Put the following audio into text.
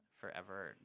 forever